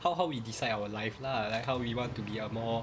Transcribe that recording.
how how we decide our life lah like how we want to be a more